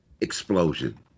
explosion